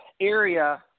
area